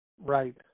Right